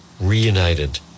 Reunited